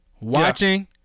watching